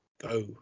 go